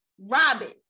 Robin